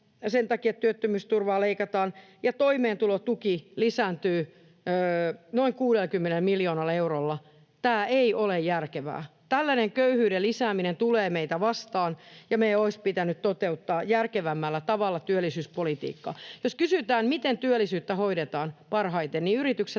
sen takia työttömyysturvaa leikataan ja toimeentulotuki lisääntyy noin 60 miljoonalla eurolla, eivät ole järkeviä. Tällainen köyhyyden lisääminen tulee meitä vastaan, ja meidän olisi pitänyt toteuttaa järkevämmällä tavalla työllisyyspolitiikkaa. Jos kysytään, miten työllisyyttä hoidetaan parhaiten, niin yritykset